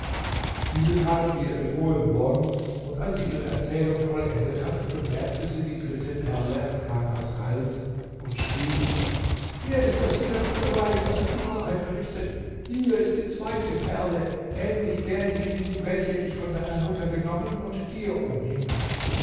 diese tat wie ihr befohlen worden und als sie ihre erzählung vollendet hatte bemerkte sie die dritte perle an kanas hals und schrie hier ist der sicherste beweis daß ich die wahrheit berichtet hier ist die zweite perle ähnlich derjenigen welche ich von deiner mutter genommen und dir umhing